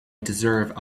deserve